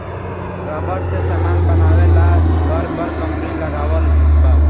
rubber से समान बनावे ला बर बर कंपनी लगावल बा